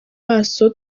maso